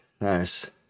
Nice